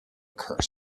curse